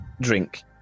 drink